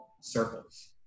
circles